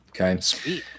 Okay